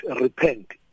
repent